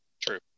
true